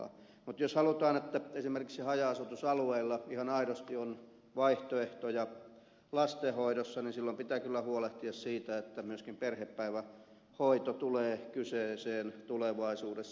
mutta jos halutaan että esimerkiksi haja asutusalueilla ihan aidosti on vaihtoehtoja lastenhoidossa niin silloin pitää kyllä huolehtia siitä että myöskin perhepäivähoito tulee kyseeseen tulevaisuudessa